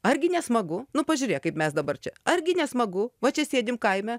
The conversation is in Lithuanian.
argi nesmagu nu pažiūrėk kaip mes dabar čia argi nesmagu va čia sėdim kaime